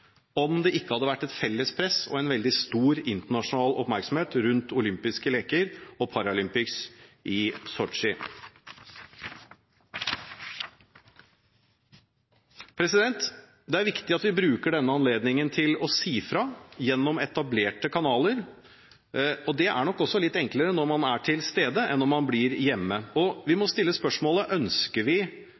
om det ikke hadde vært et felles press og en veldig stor internasjonal oppmerksomhet rundt de olympiske leker og Paralympics i Sotsji. Det er viktig at vi bruker denne anledningen til å si fra gjennom etablerte kanaler, og det er nok også litt enklere når man er til stede enn når man blir hjemme. Vi må stille spørsmålet: Ønsker vi